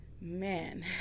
Man